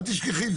אל תשכחי,